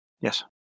Yes